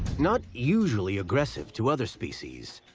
not usually aggressive to other species,